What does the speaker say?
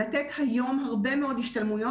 לתת היום הרבה מאוד השתלמויות.